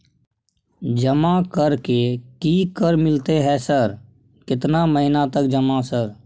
जमा कर के की कर मिलते है सर केतना महीना तक जमा सर?